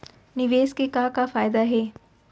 निवेश के का का फयादा हे?